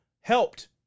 helped